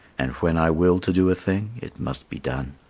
and when i will to do a thing it must be done.